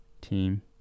team